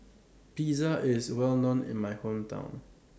Pizza IS Well known in My Hometown